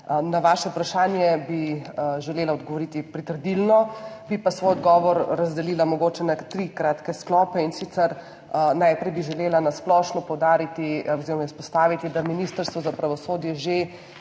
Na vaše vprašanje bi želela odgovoriti pritrdilno, bi pa svoj odgovor razdelila mogoče na tri kratke sklope. In sicer, najprej bi želela na splošno poudariti oziroma izpostaviti, da Ministrstvo za pravosodje že